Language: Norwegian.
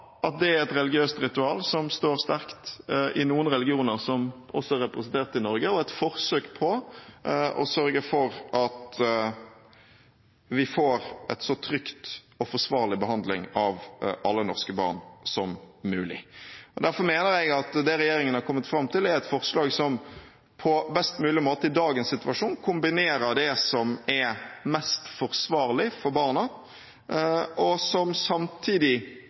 at det er et religiøst ritual som står sterkt i noen religioner som også er representert i Norge, og et forsøk på å sørge for at vi får en så trygg og forsvarlig behandling av alle norske barn som mulig. Derfor mener jeg at det regjeringen har kommet fram til, er et forslag som på best mulig måte i dagens situasjon kombinerer det som er mest forsvarlig for barna, og som samtidig